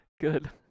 Good